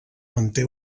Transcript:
manté